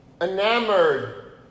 enamored